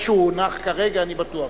זה שהוא הונח כרגע אני בטוח.